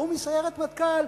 ההוא מסיירת מטכ"ל,